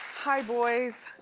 hi boys.